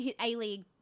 A-League